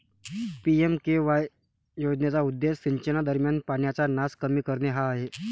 PMKSY योजनेचा उद्देश सिंचनादरम्यान पाण्याचा नास कमी करणे हा आहे